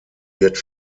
wird